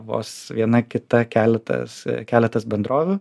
vos viena kita keletas keletas bendrovių